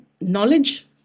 knowledge